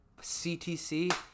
CTC